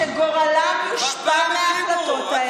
שגורלם מושפע מההחלטות האלה,